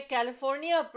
California